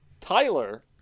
Tyler